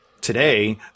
today